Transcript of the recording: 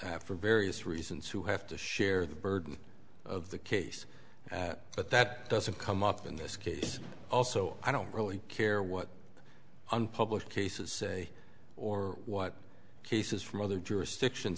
after various reasons who have to share the burden of the case but that doesn't come up in this case also i don't really care what unpublished cases say or what cases from other jurisdiction